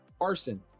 Arson